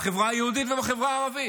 בחברה היהודית ובחברה הערבית.